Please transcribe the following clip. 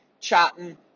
chatting